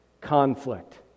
conflict